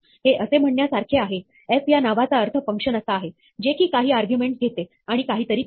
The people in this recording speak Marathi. हे असे म्हणण्यासारखे आहे f या नावाचा अर्थ फंक्शन असा आहे जे की काही आर्ग्युमेंटस घेते आणि काहीतरी करते